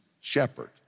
shepherd